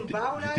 טיפול בה אולי?